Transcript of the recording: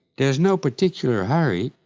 there's no particular hurry,